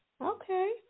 Okay